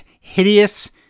hideous